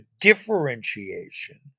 differentiation